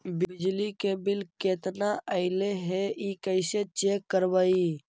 बिजली के बिल केतना ऐले हे इ कैसे चेक करबइ?